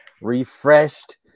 refreshed